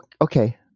Okay